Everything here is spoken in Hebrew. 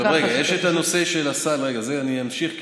יש נושא הסל אני אמשיך,